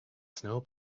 snow